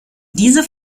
diese